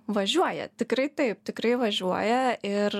važiuoja tikrai taip tikrai važiuoja ir